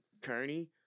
Kearney